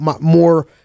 more